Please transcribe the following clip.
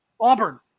Auburn